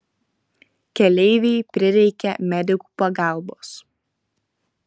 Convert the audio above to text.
keleivei prireikė medikų pagalbos